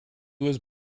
was